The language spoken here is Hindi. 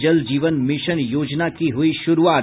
जल जीवन मिशन योजना की हुयी शुरूआत